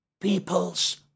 people's